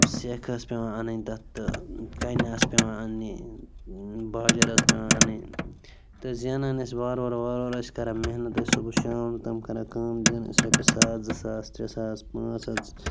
سٮ۪کھ ٲس پٮ۪وان اَنٕنۍ تَتھ تہٕ کَنہِ آسہٕ پٮ۪وان اَنٛنہِ باجَر ٲس پٮ۪وان اَنٕنۍ تہٕ زینان ٲسۍ وار وارٕ وار وارٕ ٲسۍ کران محنت أسۍ صُبہٕ شام تام کران کٲم زینان ٲسۍ رۄپیہِ ساس زٕ ساس ترٛےٚ ساس پانٛژھ ساس